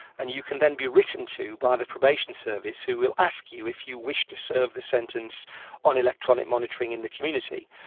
and you can then be written to by the probation service, who will ask you if you wish to serve the sentence on electronic monitoring in the community.